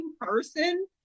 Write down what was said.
person